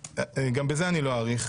וגם בזה אני לא אאריך.